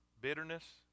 bitterness